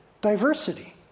diversity